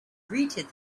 greeted